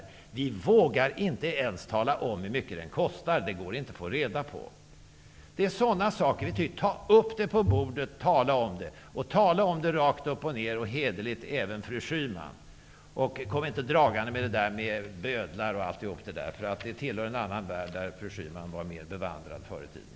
Vi politiker vågar inte ens tala om hur mycket den kostar. Det går inte heller att få reda på det. Vi tycker att sådana frågor skall läggas upp på bordet och diskuteras. Även fru Schyman skall tala rakt upp och ned och hederligt i dessa frågor. Kom inte dragande med bödlar! Det tillhör en annan värld i vilken fru Schyman var mer bevandrad förr i tiden.